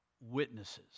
witnesses